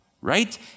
right